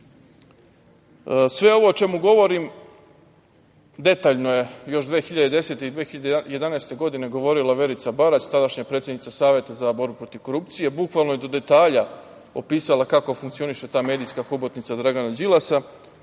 ovome o čemu govorim je još 2010. i 2011. godine detaljno govorila Verica Barać, tadašnja predsednica Saveta za borbu protiv korupcije. Bukvalno je do detalja opisala kako funkcioniše ta medijska hobotnica Dragana Đilasa.